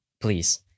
please